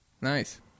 Nice